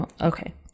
Okay